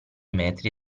metri